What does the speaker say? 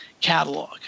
catalog